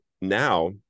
now